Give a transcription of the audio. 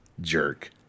Jerk